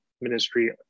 ministry